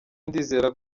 ndizera